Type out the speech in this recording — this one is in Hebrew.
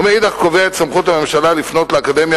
ומאידך גיסא קובע את סמכות הממשלה לפנות אל האקדמיה